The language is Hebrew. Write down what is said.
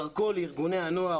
דרכו לארגוני הנוער,